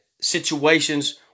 situations